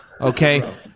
Okay